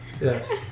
Yes